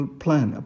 plan